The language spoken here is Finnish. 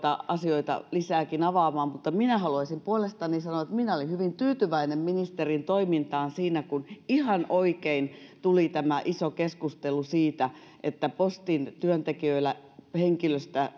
asioita lisääkin avaamaan minä haluaisin puolestani sanoa että minä olin hyvin tyytyväinen ministerin toimintaan siinä kun ihan oikein tuli tämä iso keskustelu siitä että postin työntekijöillä henkilöstöllä